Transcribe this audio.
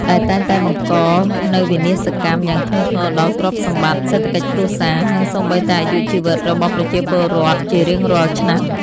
ដែលតែងតែបង្កនូវវិនាសកម្មយ៉ាងធ្ងន់ធ្ងរដល់ទ្រព្យសម្បត្តិ សេដ្ឋកិច្ចគ្រួសារ និងសូម្បីតែអាយុជីវិតរបស់ប្រជាពលរដ្ឋជារៀងរាល់ឆ្នាំ។